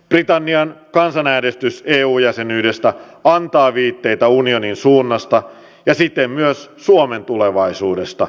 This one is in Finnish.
britannian kansanäänestys eu jäsenyydestä antaa viitteitä unionin suunnasta ja siten myös suomen tulevaisuudesta